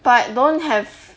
but don't have